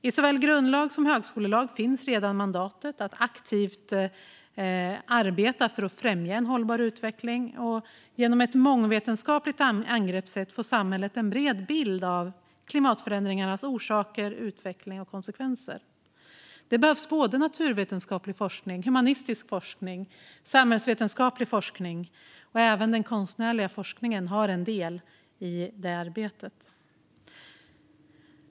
I såväl grundlag som högskolelag finns redan mandatet att aktivt arbeta för att främja en hållbar utveckling, och genom ett mångvetenskapligt angreppssätt får samhället en bred bild av klimatförändringarnas orsaker, utveckling och konsekvenser. Det behövs både naturvetenskaplig forskning, humanistisk forskning och samhällsvetenskaplig forskning. Även den konstnärliga forskningen har en del i detta arbete.